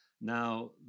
Now